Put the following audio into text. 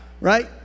right